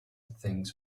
things